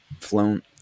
flown